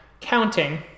counting